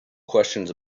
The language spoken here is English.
questions